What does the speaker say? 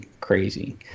crazy